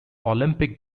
olympic